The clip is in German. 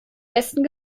besten